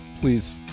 Please